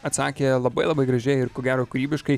atsakė labai labai gražiai ir ko gero kūrybiškai